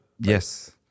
Yes